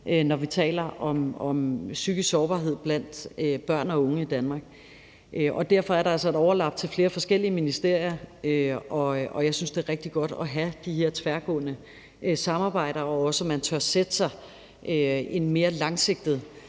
når vi taler om psykisk sårbarhed blandt børn og unge i Danmark. Derfor er der altså et overlap til flere forskellige ministerier, og jeg synes, det er rigtig godt at have de her tværgående samarbejder, og også, at man tør sætte sig en mere langsigtet